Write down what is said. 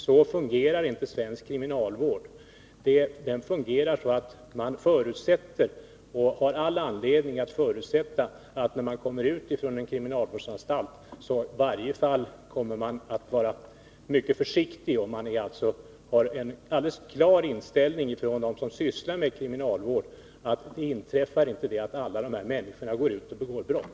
Så fungerar inte svensk kriminalvård. Den fungerar så, att man förutsätter — och har all anledning att förutsätta — att när en intagen kommer ut från en kriminalvårdsanstalt kommer denne i varje fall att vara mycket försiktig. De som sysslar med kriminalvård har en alldeles klar inställning att det inte inträffar att alla dessa människor kommer ut och begår brott.